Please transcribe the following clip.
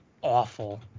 awful